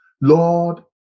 Lord